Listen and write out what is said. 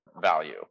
value